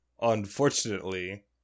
unfortunately